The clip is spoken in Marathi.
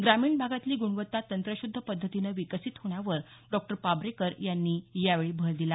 ग्रामीण भागातली गुणवत्ता तंत्रशुद्ध पद्धतीने विकसित होण्यावर डॉ पाब्रेकर यांनी यावेळी भर दिला